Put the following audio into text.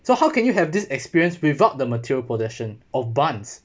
so how can you have this experience without the material possession of buns